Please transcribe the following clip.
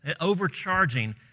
overcharging